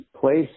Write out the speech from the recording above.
place